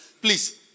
please